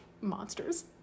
monsters